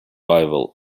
rival